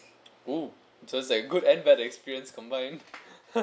oh so it's like good and bad experience combined